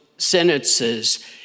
Sentences